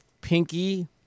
pinky